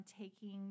taking